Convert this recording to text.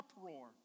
uproar